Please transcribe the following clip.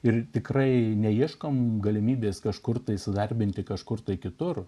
ir tikrai neieškome galimybės kažkur įsidarbinti kažkur tai kitur